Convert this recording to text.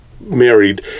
married